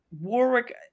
Warwick